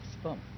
sperm